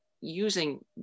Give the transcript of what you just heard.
using